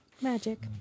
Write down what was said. Magic